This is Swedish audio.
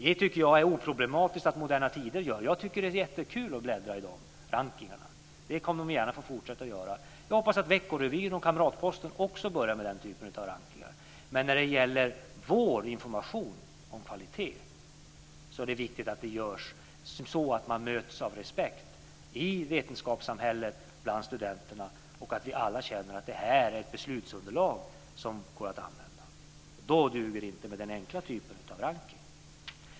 Jag tycker att det är oproblematiskt att Moderna Tider gör det. Jag tycker att det är jättekul att bläddra i dessa rankningar. Det kan de gärna få fortsätta att göra. Jag hoppas att Veckorevyn och Kamratposten också börjar med den typen av rankningar. Men när det gäller vår information om kvaliteten är det viktigt att den görs så att man möts av respekt i vetenskapssamhället och bland studenterna och att vi alla känner att detta är ett beslutsunderlag som går att använda. Och då duger det inte med den enkla typen av rankningar.